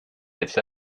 etc